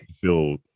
feel